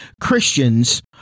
Christians